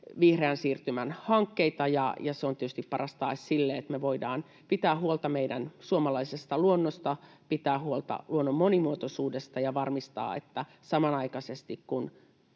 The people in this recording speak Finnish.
vihreän siirtymän hankkeita. Ja se on tietysti paras tae sille, että me voidaan pitää huolta meidän suomalaisesta luonnosta, pitää huolta luonnon monimuotoisuudesta ja varmistaa, että samanaikaisesti kun